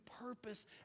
purpose